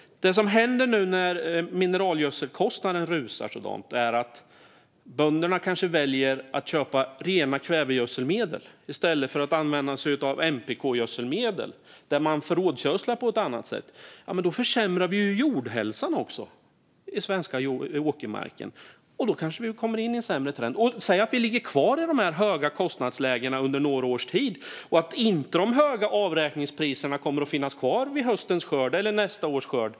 Det som händer nu när mineralgödselkostnaden rusar så dant är att bönderna kanske väljer att köpa rena kvävegödselmedel i stället för att använda sig av NPK-gödselmedel där man förrådsgödslar på ett annat sätt. Då försämrar vi också jordhälsan i den svenska åkermarken och kommer kanske in i en sämre trend. Säg att vi ligger kvar i de höga kostnadslägena under några års tid och att de höga avräkningspriserna inte kommer att finnas kvar vid höstens skörd eller nästa års skörd.